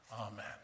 Amen